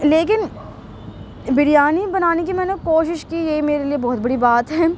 لیکن بریانی بنانے کی میں نے کوشش کی یہی میرے لیے بہت بڑی بات ہے